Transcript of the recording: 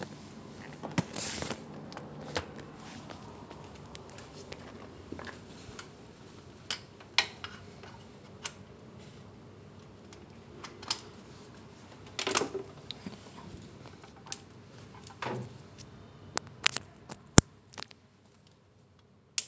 err !haiya! எப்டி சொல்றது:epdi solrathu they are just avenues for you to make music so அத:atha control பண்றது பிரச்சனை இல்ல அத:pandrathu pirachanai illa atha like obedient தா நீ சொல்ற வழிலதா நடக்கணுனு செய்ற போல இந்த:thaa nee solra valilathaa nadakkanunnu seira pola intha attitude இருக்குல அதா பிரச்சனை:irukkula atha pirachanai because most people will just be like once I got this one beat down I happy already but you can never be happy with what you play that's one important rule for me lah